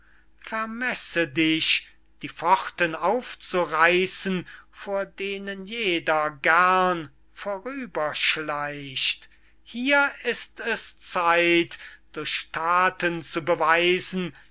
dich die pforten aufzureißen vor denen jeder gern vorüber schleicht hier ist es zeit durch thaten zu beweisen